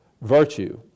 virtue